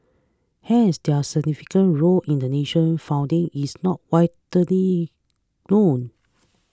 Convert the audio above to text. hence their significant role in the nation's founding is not widely known